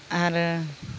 आरो